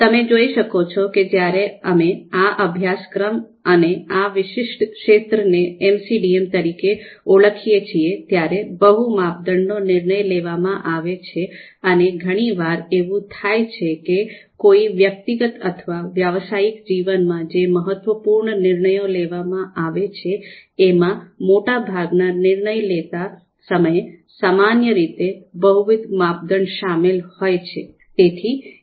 તમે જોઈ શકો છો કે જ્યારે અમે આ અભ્યાસક્રમ અને આ વિશિષ્ટ ક્ષેત્રને એમસીડીએમ તરીકે ઓળખીએ છીએ ત્યારે બહુ માપદંડનો નિર્ણય લેવામાં આવે છે અને ઘણી વાર એવું થાય છે કે કોઈએ વ્યક્તિગત અથવા વ્યાવસાયિક જીવનમાં જે મહત્વપૂર્ણ નિર્ણયો લેવામાં આવે છે એમાં મોટાભાગના નિર્ણય લેતા સમયે સામાન્ય રીતે બહુવિધ માપદંડ શામેલ હોય છે